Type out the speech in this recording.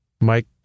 Mike